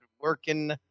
working